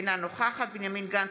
אינה נוכחת בנימין גנץ,